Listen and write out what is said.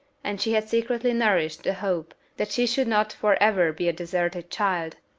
and she had secretly nourished the hope that she should not for ever be a deserted child.